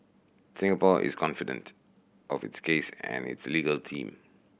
Singapore is confident of its case and its legal team